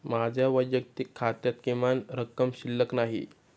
माझ्या वैयक्तिक खात्यात किमान रक्कम शिल्लक नाही